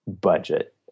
budget